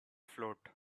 float